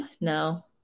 No